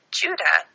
judah